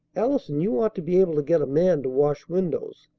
allison, you ought to be able to get a man to wash windows.